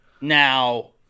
now